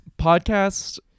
podcasts